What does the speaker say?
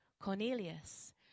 Cornelius